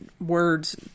words